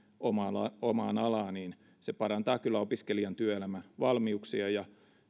omaan alaan parantaa kyllä opiskelijan työelämävalmiuksia ja